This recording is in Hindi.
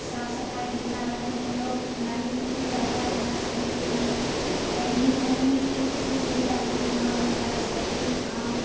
साफ सफाई जितना रहते हैं लोग उतना ही ठीक रहता है अपना शरीर के लिए गंदगी फैलने से इसीलिए आदमी बीमार होता है सर्दी जुखाम